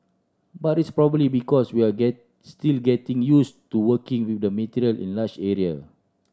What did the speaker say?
but it's probably because we are get still getting used to working with the material in large area